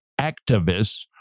activists